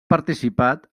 participat